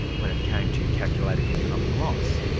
when it came to calculating economic loss,